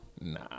Nah